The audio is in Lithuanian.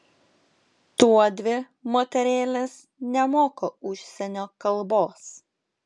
tuodvi moterėlės nemoka užsienio kalbos